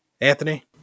Anthony